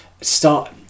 start